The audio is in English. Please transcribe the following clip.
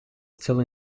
still